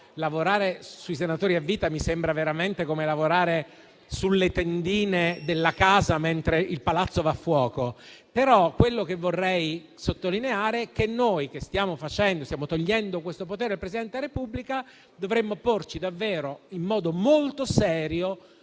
lavorare sui senatori a vita mi sembra veramente come lavorare sulle tendine della casa mentre il palazzo va a fuoco. Vorrei sottolineare però che noi, che stiamo togliendo questo potere al Presidente Repubblica, dovremmo porci davvero in modo molto serio